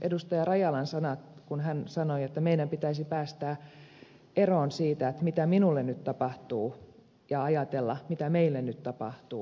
rajalan sanat kun hän sanoi että meidän pitäisi päästä eroon siitä mitä minulle nyt tapahtuu ja ajatella mitä meille nyt tapahtuu